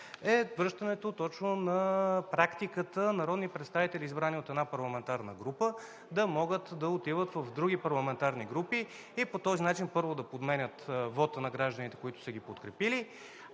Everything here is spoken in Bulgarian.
е връщането точно на практиката народни представители, избрани от една парламентарна група, да могат да отиват в други парламентарни групи и по този начин, първо, да подменят вота на гражданите, които са ги подкрепили,